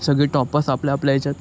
सगळे टॉपर्स आपल्या आपल्या याच्यात